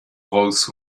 rolls